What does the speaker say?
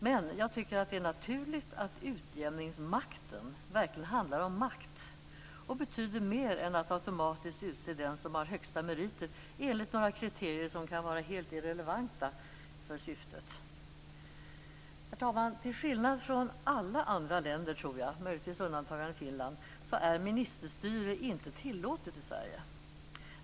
Men jag tycker att det är naturligt att utnämningsmakten verkligen handlar om makt och betyder mer än att automatiskt utse den som har de bästa meriterna enligt några kriterier som kan vara helt irrelevanta för syftet. Herr talman! Till skillnad från alla andra länder, tror jag, möjligen med undantag av Finland, är ministerstyre inte tillåtet i Sverige.